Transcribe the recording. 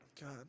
God